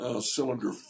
Cylinder